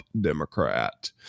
democrat